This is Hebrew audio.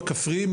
הכפריים,